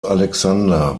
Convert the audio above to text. alexander